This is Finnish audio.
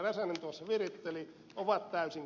räsänen tuossa viritteli ovat täysin